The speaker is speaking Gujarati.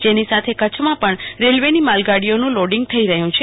જનો સાથે કચ્છમાં પણ રેલ્વેની માલગાડીઓનું લ લોડીંગ થઈ રહયું છે